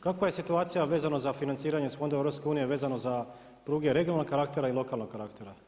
Kakva je situacija vezano za financiranje iz fondova EU vezano za pruge regionalnog karaktera i lokalnog karaktera?